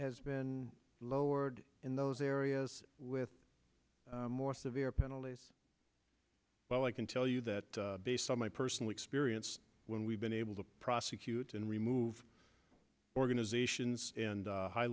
has been lowered in those areas with more severe penalties well i can tell you that based on my personal experience when we've been able to prosecute and remove organizations and high